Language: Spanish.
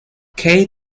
kate